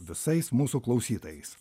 visais mūsų klausytojais